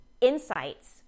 insights